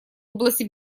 области